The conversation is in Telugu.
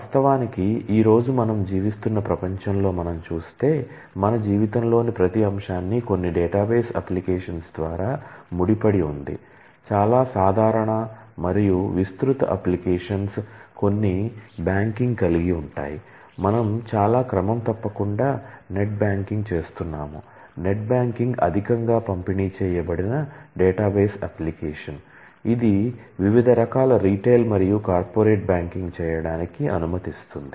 వాస్తవానికి ఈ రోజు మనం జీవిస్తున్న ప్రపంచంలో మనం చూస్తే మన జీవితంలోని ప్రతి అంశాన్ని కొన్ని డేటాబేస్ అప్లికేషన్స్ చేయడానికి అనుమతిస్తుంది